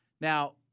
Now